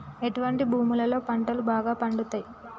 ఎటువంటి భూములలో పంటలు బాగా పండుతయ్?